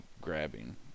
grabbing